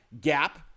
gap